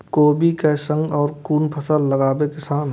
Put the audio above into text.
कोबी कै संग और कुन फसल लगावे किसान?